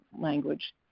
language